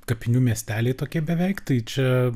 kapinių miesteliai tokie beveik tai čia